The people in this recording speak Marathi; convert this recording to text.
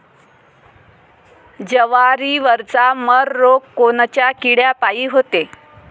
जवारीवरचा मर रोग कोनच्या किड्यापायी होते?